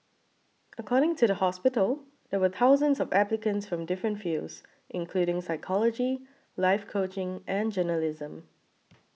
according to the hospital there were thousands of applicants from different fields including psychology life coaching and journalism